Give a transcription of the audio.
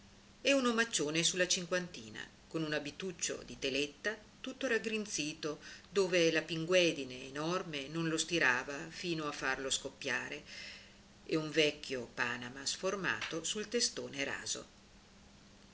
e un omaccione su la cinquantina con un abituccio di teletta tutto raggrinzito dove la pinguedine enorme non lo stirava fino a farlo scoppiare e un vecchio panama sformato sul testone raso